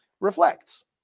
reflects